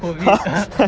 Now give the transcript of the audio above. COVID